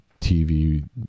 TV